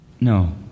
No